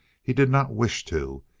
he did not wish to.